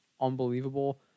unbelievable